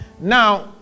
Now